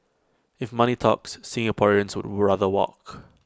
if money talks Singaporeans would rather walk